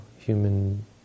human